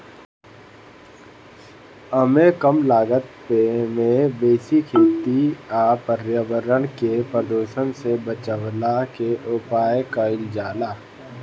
एमे कम लागत में बेसी खेती आ पर्यावरण के प्रदुषण से बचवला के उपाय कइल जाला